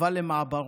אבל למעברות.